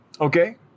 okay